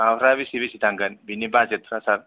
माबाफ्रा बेसे बेसे थांगोन बिनि बाजेतफ्रा सार